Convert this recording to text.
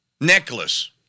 necklace